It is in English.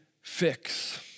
fix